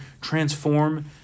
transform